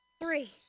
Three